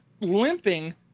limping